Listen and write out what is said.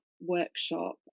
workshop